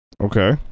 Okay